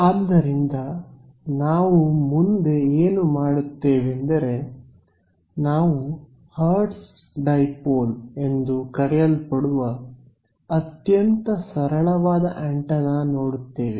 ಆದ್ದರಿಂದ ನಾವು ಮುಂದೆ ಏನು ಮಾಡುತ್ತೇವೆಂದರೆ ನಾವು ಹರ್ಟ್ಜ್ ಡಿಪೋಲ್ ಎಂದು ಕರೆಯಲ್ಪಡುವ ಅತ್ಯಂತ ಸರಳವಾದ ಆಂಟೆನಾ ನೋಡುತ್ತೇವೆ